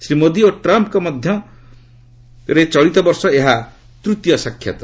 ଶ୍ରୀ ମୋଦି ଓ ଟ୍ରମ୍ପଙ୍କ ମଧ୍ୟରେ ଚଳିତ ବର୍ଷ ଏହା ତୂତୀୟ ସାକ୍ଷାତ୍